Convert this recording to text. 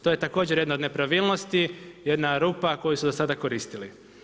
To je također jedna od nepravilnosti, jedna rupa koju su do sada koristili.